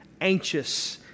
anxious